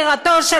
אבל בעיקר של